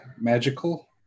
magical